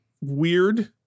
weird